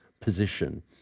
position